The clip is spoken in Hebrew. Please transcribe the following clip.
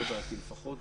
זו דעתי לפחות,